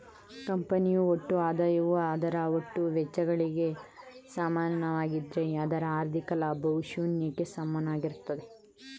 ಕಂಪನಿಯು ಒಟ್ಟು ಆದಾಯವು ಅದರ ಒಟ್ಟು ವೆಚ್ಚಗಳಿಗೆ ಸಮನಾಗಿದ್ದ್ರೆ ಅದರ ಹಾಥಿ೯ಕ ಲಾಭವು ಶೂನ್ಯಕ್ಕೆ ಸಮನಾಗಿರುತ್ತದೆ